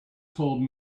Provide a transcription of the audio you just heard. told